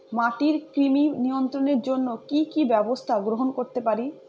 মাটির কৃমি নিয়ন্ত্রণের জন্য কি কি ব্যবস্থা গ্রহণ করতে পারি?